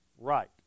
Right